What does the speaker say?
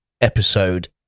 episode